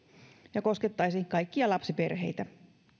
ja koskettaisi kaikkia lapsiperheitä